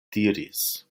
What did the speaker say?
diris